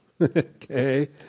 okay